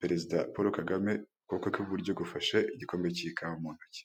perezida Paul Kagamekwe ukuboko kwe kw'iburyo gufashe igikombe cy'ikawa mu ntoki.